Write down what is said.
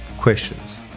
questions